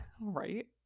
Right